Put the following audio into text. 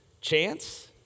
chance